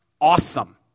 awesome